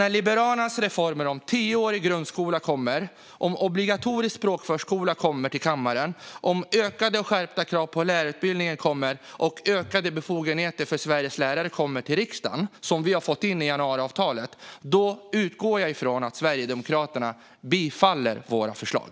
När Liberalernas reformförslag om tioårig grundskola, obligatorisk språkförskola, ökade och skärpta krav på lärarutbildningen och ökade befogenheter för Sveriges lärare, som vi har fått in i januariavtalet, kommer till riksdagen utgår jag från att Sverigedemokraterna bifaller våra förslag.